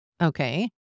Okay